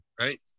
right